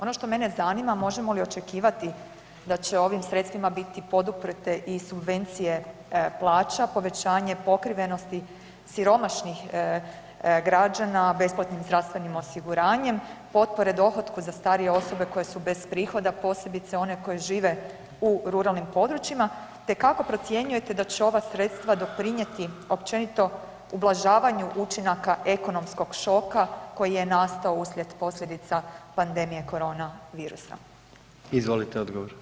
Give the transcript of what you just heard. Ono što mene zanima možemo li očekivati da će ovim sredstvima biti poduprte i subvencije plaća, povećanje pokrivenosti siromašnih građana besplatnim zdravstvenim osiguranjem potpore dohotku za starije osobe koje su bez prihoda, posebice one koje žive u ruralnim područjima, te kako procjenjujete da će ova sredstva doprinijeti općenito ublažavanju učinaka ekonomskog šoka koji je nastao uslijed posljedica koronavirusa?